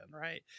right